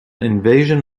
invasion